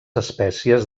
espècies